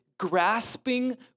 Grasping